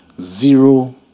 zero